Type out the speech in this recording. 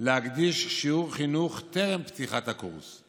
להקדיש שיעור חינוך טרם פתיחת הקורס,